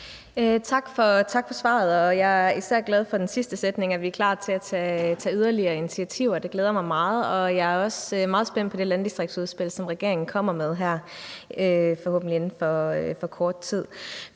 tak for svaret. Jeg er især glad for den sidste sætning om, at man er klar til at tage yderligere initiativer. Det glæder mig meget, og jeg er også meget spændt på det landdistriktsudspil, som regeringen forhåbentlig kommer med her inden for kort tid.